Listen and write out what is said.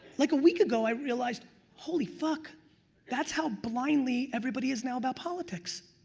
like a week ago i realized holy fuck that's how blindly everybody is now about politics.